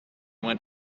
went